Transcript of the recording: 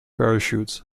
parachute